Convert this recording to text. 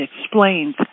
explains